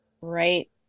right